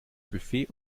buffet